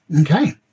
Okay